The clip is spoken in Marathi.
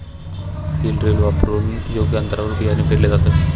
सीड ड्रिल वापरून योग्य अंतरावर बियाणे पेरले जाते